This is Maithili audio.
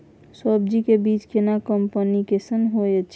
सब्जी के बीज केना कंपनी कैसन होयत अछि?